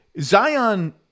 Zion